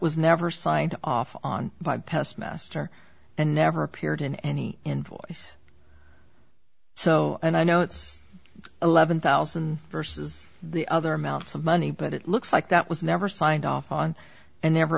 was never signed off on by past master and never appeared in any invoice so and i know it's eleven thousand versus the other amounts of money but it looks like that was never signed off on and never